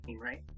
right